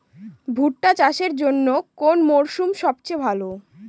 ভুট্টা চাষের জন্যে কোন মরশুম সবচেয়ে ভালো?